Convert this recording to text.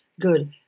Good